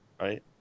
right